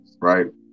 right